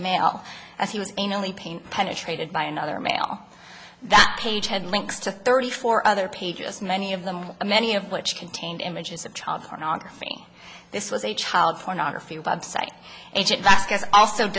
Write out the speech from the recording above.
male as he was being only paint penetrated by another male that page had links to thirty four other pages many of them many of which contained images of child pornography this was a child pornography bob site a